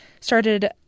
started